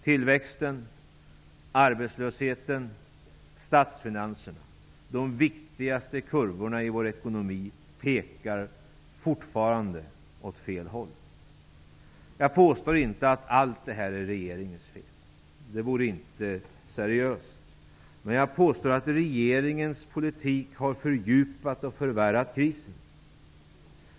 Tillväxten, arbetslösheten, statsfinanserna -- de viktigaste kurvorna i vår ekonomi pekar fortfarande åt fel håll. Jag påstår inte att allt det här är regeringens fel. Det vore inte seriöst. Men jag påstår att regeringens politik har fördjupat och förvärrat krisen.